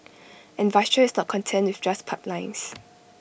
and Russia is not content with just pipelines